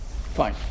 Fine